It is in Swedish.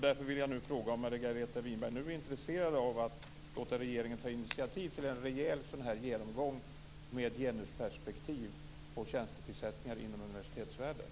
Därför vill jag fråga om Margareta Winberg nu är intresserad av att låta regeringen ta initiativ till en rejäl genomgång med ett genusperspektiv på tjänstetillsättningar inom universitetsvärlden.